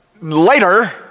later